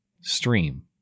stream